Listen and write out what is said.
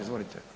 Izvolite.